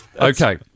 Okay